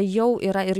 jau yra ir